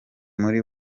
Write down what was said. muri